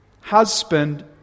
Husband